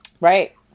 Right